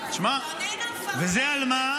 שמע, וזה על מה?